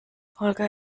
holger